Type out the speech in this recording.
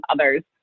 others